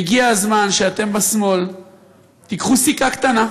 הגיע הזמן שאתם בשמאל תיקחו סיכה קטנה,